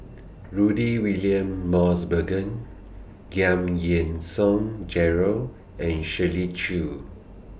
Rudy William Mosbergen Giam Yean Song Gerald and Shirley Chew